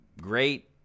Great